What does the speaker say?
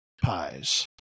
pies